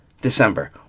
december